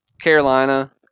Carolina